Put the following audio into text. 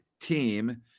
team